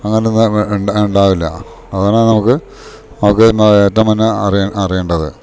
അങ്ങനൊന്നാ ഇണ്ടാവില്ല അങ്ങനെ നമ്ക്ക് നമ്ക്ക് ഏറ്റങ്ങനെ അറിയെ അറിയേണ്ടത്